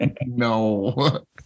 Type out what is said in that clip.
no